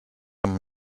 amb